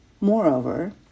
Moreover